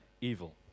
evil